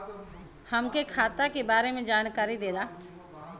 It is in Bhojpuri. हमके खाता के बारे में जानकारी देदा?